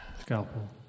Scalpel